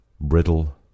Brittle